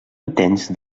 intents